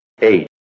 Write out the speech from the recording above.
eight